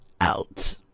out